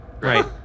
Right